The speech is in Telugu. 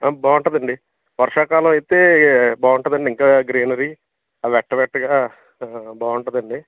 బాగుంటుందండి వర్షాకాలం అయితే బాగుంటుందండి ఇంకా గ్రీనరీ వెట్టవట్టగా బాగుంటుందండి